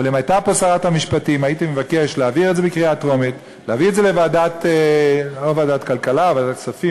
כי לא יכול להיות שמדינה תפזר לכל חברות התעופה את הדבר